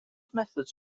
methods